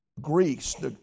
Greece